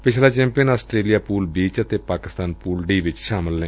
ਪਿਛਲਾ champion Australia pool B ਅਤੇ Pakistan pool D ਵਿਚ ਸ਼ਾਮਲ ਏ